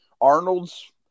Arnold's